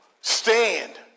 stand